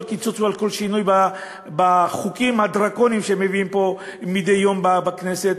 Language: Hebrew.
קיצוץ ועל כל שינוי בחוקים הדרקוניים שמביאים פה מדי יום בכנסת,